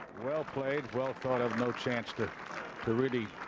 well played. well thought of no chance to really